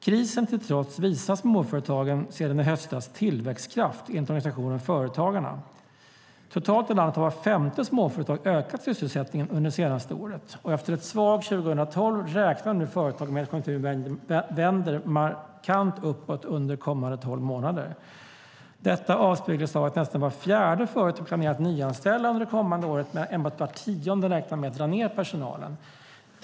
Krisen till trots visar småföretagen sedan i höstas tillväxtkraft, enligt organisationen Företagarna. Totalt sett har vart femte företag ökat antalet sysselsatta under det senaste året. Efter ett svagt 2012 räknar nu företagen med att konjunkturen vänder markant uppåt under kommande tolv månader. Detta avspeglas i att nästan vart fjärde företag planerar att nyanställa under det kommande året, medan enbart vart tionde räknar med att dra ned på personalen.